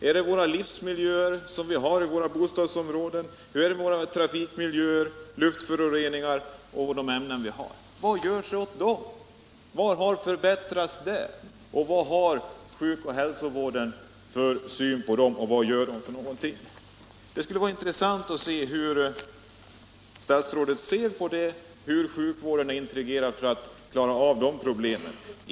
Är det våra livsmiljöer i bostadsområdena, är det våra trafikmiljöer, luftföroreningarna och de olika ämnen som finns? Vad görs åt dem? Vad har förbättrats där, vad har sjukvårdsoch hälsovårdsmyndigheterna för syn på dessa frågor och vad gör de? — Det skulle vara intressant att höra hur statsrådet ser på sjukvårdens möjligheter att klara av dessa problem.